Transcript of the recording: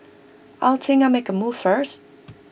I think I'll make A move first